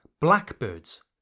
Blackbirds